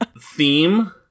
theme